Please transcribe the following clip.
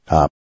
up